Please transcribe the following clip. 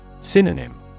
Synonym